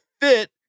fit